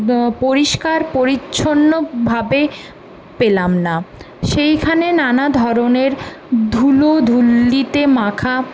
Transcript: পরিষ্কার পরিচ্ছন্নভাবে পেলাম না সেইখানে নানা ধরনের ধুলোধুলিতে মাখা